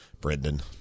Brendan